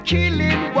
killing